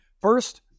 First